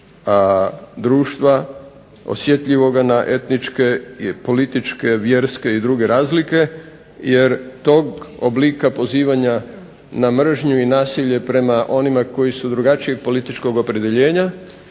izostavljen je dio fonograma./ I političke vjerske i druge razlike jer tog oblika pozivanja na mržnju i nasilje prema onima koji su drugačijeg političkog opredjeljenja,